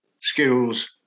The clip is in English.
skills